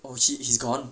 oh shit he's gone